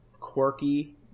quirky